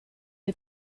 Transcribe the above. who